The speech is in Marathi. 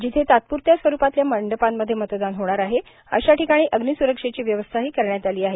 जिथे तात्पुरत्या स्वरूपातल्या मंडपांमध्ये मतदान होणार आहे अशा ठिकाणी अग्निस्रक्षेची व्यवस्थाही केली आहे